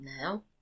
now